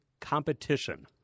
competition